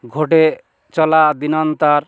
ঘটে চলা দিনান্তর